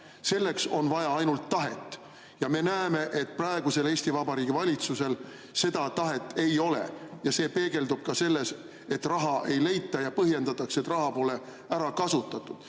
Selleks on vaja ainult tahet, aga me näeme, et praegusel Eesti Vabariigi valitsusel seda tahet ei ole. See peegeldub ka selles, et raha ei leita ja põhjendatakse, et raha pole ära kasutatud.